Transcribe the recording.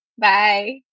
Bye